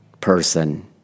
person